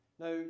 Now